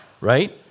right